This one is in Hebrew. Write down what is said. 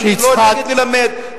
אני לא נגד ללמד.